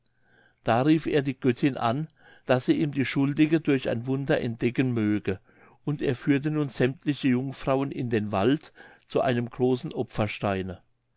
da rief er die göttin an daß sie ihm die schuldige durch ein wunder entdecken möge und er führte nun sämmtliche jungfrauen in den wald zu einem großen